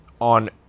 on